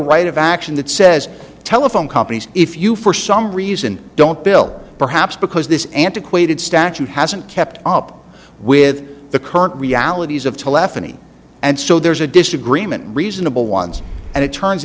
right of action that says telephone companies if you for some reason don't bill perhaps because this antiquated statute hasn't kept up with the current realities of to left any and so there's a disagreement reasonable ones and it turns